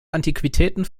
antiquitäten